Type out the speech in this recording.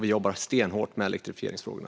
Vi jobbar stenhårt med elektrifieringsfrågorna.